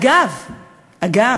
אגב,